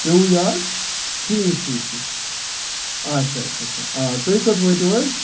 پیوٚوُ یاد ٹھیٖک ٹھیٖک ٹھیٖک آچھَ اَچھَ اَچھا آ تُہۍ کوٚت وٲتِو حظ